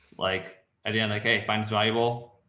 like and yeah like, hey, finds valuable,